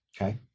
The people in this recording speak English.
Okay